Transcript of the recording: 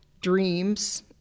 dreams